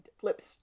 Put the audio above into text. flips